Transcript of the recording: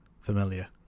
familiar